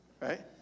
Right